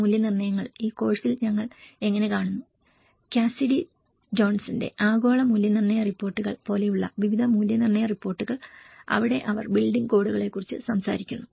മൂല്യനിർണ്ണയങ്ങൾ ഈ കോഴ്സിൽ ഞങ്ങൾ എങ്ങനെ കാണുന്നു കാസിഡി ജോൺസന്റെ ആഗോള മൂല്യനിർണ്ണയ റിപ്പോർട്ടുകൾ പോലെയുള്ള വിവിധ മൂല്യനിർണ്ണയ റിപ്പോർട്ടുകൾ അവിടെ അവർ ബിൽഡിംഗ് കോഡുകളെക്കുറിച്ച് സംസാരിക്കുന്നു